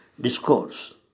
discourse